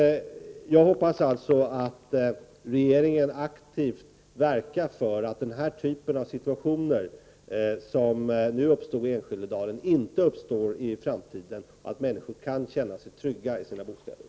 Jag hoppas alltså att regeringen aktivt verkar för att situationer av den typ som uppstått i Enskededalen inte uppstår i framtiden och att människor kan känna sig trygga i sina bostäder.